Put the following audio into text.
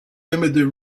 limited